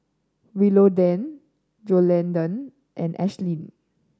Willodean Joellen and Ashtyn